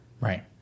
Right